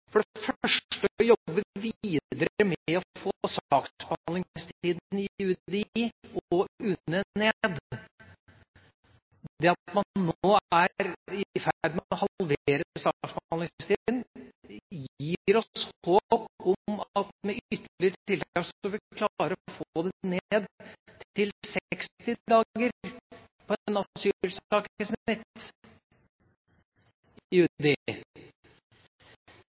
For det første er det å jobbe videre med å få saksbehandlingstida i UDI og UNE ned. Det at man nå er i ferd med å halvere saksbehandlingstida, gir oss håp om at med ytterligere tiltak vil UDI klare å få det ned til 60 dager for en asylsak, i